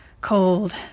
Cold